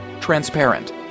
Transparent